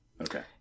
Okay